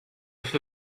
for